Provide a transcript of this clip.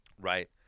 right